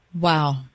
Wow